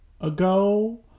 ago